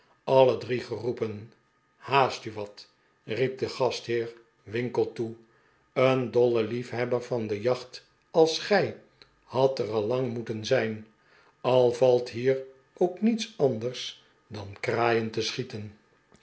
alle drie ge roepen haast u wat riep de gastheer winkle toe een dolle liefhebber van de jacht als gij had er al lang moeten zijn al valt hier ook niets anders dan kraaien te schieten